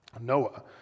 Noah